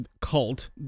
cult